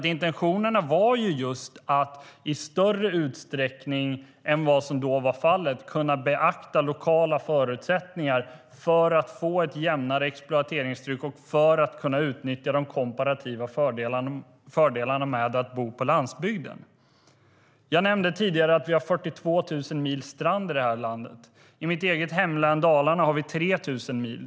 Intentionerna var att i större utsträckning än vad som var fallet kunna beakta lokala förutsättningar för att få ett jämnare exploateringstryck och för att kunna utnyttja de komparativa fördelarna med att bo på landsbygden. Jag nämnde tidigare att det finns 42 000 mil strand i landet. I mitt eget hemlän Dalarna finns 3 000 mil.